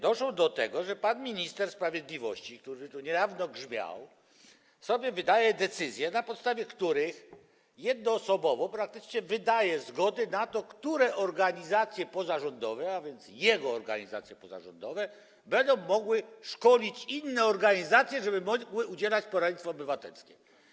Doszło do tego, że pan minister sprawiedliwości, który tu niedawno grzmiał, wydaje decyzje, na podstawie których praktycznie jednoosobowo wydaje zgody, które organizacje pozarządowe, a więc jego organizacje pozarządowe, będą mogły szkolić inne organizacje, żeby mogły udzielać poradnictwa obywatelskiego.